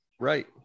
Right